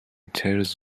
tales